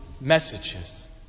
messages